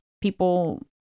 people